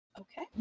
okay